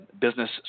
business